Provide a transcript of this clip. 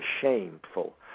shameful